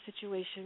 situation